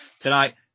tonight